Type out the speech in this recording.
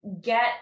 get